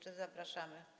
Zapraszamy.